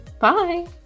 Bye